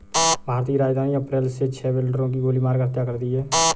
भारत की राजधानी में अप्रैल मे छह बिल्डरों की गोली मारकर हत्या कर दी है